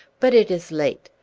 but it is late.